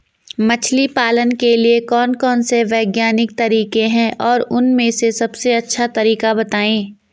मछली पालन के लिए कौन कौन से वैज्ञानिक तरीके हैं और उन में से सबसे अच्छा तरीका बतायें?